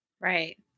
Right